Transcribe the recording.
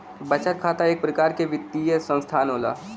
बचत खाता इक परकार के वित्तीय सनसथान होला